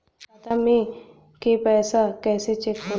खाता में के पैसा कैसे चेक होला?